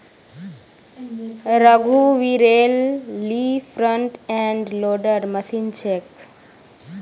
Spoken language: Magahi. रघुवीरेल ली फ्रंट एंड लोडर मशीन छेक